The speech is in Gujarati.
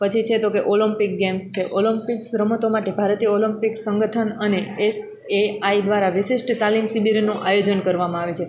પછી છે તો કે ઓલમ્પિક ગેમ્સ છે ઓલમ્પિક્સ રમતો માટે ભારતીય ઓલમ્પિક સંગઠન અને એસ એ આઈ દ્વારા વિશિષ્ટ તાલીમ શિબીરનો આયોજન કરવામાં આવે છે